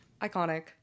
iconic